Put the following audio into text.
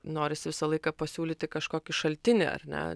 norisi visą laiką pasiūlyti kažkokį šaltinį ar ne